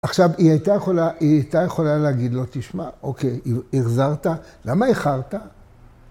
‫עכשיו, היא הייתה יכולה להגיד לו, ‫תשמע, אוקיי, החזרת? ‫למה אחרת?